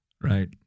right